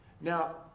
Now